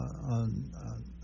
on